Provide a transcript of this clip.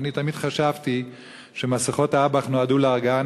ואני תמיד חשבתי שמסכות האב"כ נועדו להרגעה